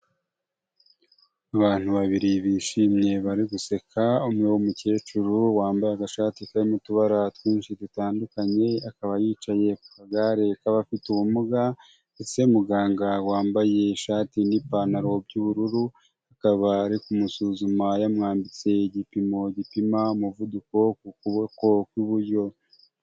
Abantu babiri bishimye bari guseka, umwe w'umukecuru wambaye agashati karimo'utubara twinshi dutandukanye, akaba yicaye ku kagare k'abafite ubumuga ndetse muganga wambaye ishati n'ipantaro y'ubururu, akaba ari kumusuzuma yamwambitse igipimo gipima umuvuduko ku kuboko kw'iburyo.